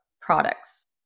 products